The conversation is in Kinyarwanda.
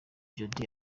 jody